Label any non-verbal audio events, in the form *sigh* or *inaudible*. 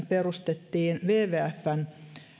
*unintelligible* perustettiin